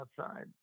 outside